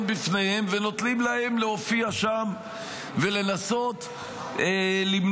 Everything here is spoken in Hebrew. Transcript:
בפניהם ונותנים להם להופיע שם ולנסות למנוע